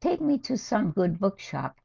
take me to some good book shop.